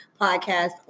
podcast